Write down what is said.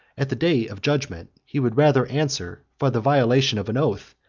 at the day of judgment, he would rather answer for the violation of an oath,